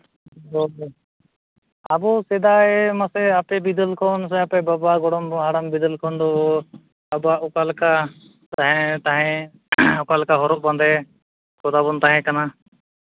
ᱦᱳᱭ ᱟᱵᱚ ᱥᱮᱫᱟᱭ ᱢᱟᱥᱮ ᱟᱯᱮ ᱵᱤᱫᱟᱹᱞ ᱠᱷᱚᱱ ᱥᱮ ᱟᱯᱮ ᱵᱟᱵᱟ ᱜᱚᱲᱚᱢᱵᱟ ᱦᱟᱲᱟᱢᱵᱟ ᱵᱤᱫᱟᱹᱞ ᱠᱷᱚᱱ ᱫᱚ ᱟᱵᱚᱣᱟᱜ ᱚᱠᱟ ᱞᱮᱠᱟ ᱛᱟᱦᱮᱸ ᱛᱟᱦᱮᱸ ᱚᱠᱟ ᱞᱮᱠᱟ ᱦᱚᱨᱚᱜ ᱵᱟᱸᱫᱮ ᱠᱚᱛᱟᱵᱚᱱ ᱛᱟᱦᱮᱸ ᱠᱟᱱᱟ